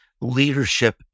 leadership